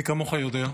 מי כמוך יודע,